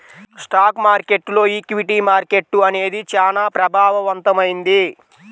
stock మార్కెట్టులో equity market అనేది చానా ప్రభావవంతమైంది